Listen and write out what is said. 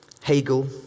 Hegel